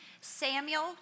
Samuel